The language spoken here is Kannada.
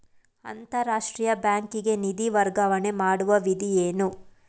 ಅಂತಾರಾಷ್ಟ್ರೀಯ ಬ್ಯಾಂಕಿಗೆ ನಿಧಿ ವರ್ಗಾವಣೆ ಮಾಡುವ ವಿಧಿ ಏನು?